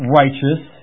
righteous